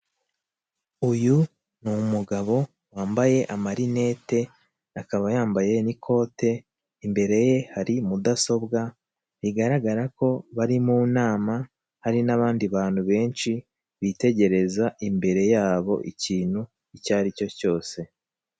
Uyu ni umugabo wambaye amarinete akaba yambaye n'ikote imbere ye hari mudasobwa bigaragara ko bari mu nama hari n'abandi bantu benshi bitegereza imbere yabo ikintu icyo ari cyo cyose.